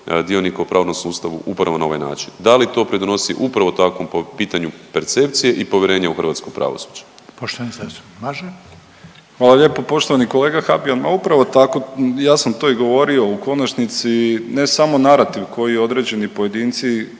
dionika u pravnom sustavu upravo na ovaj način, da li to pridonosi upravo takvom pitanju percepcije i povjerenje u hrvatsko pravosuđe? **Reiner, Željko (HDZ)** Poštovani zastupnik Mažar. **Mažar, Nikola (HDZ)** Hvala lijepo. Poštovani kolega Habijan, ma upravo tako, ja sam to i govorio, u konačnici ne samo narativ koji određeni pojedinci koriste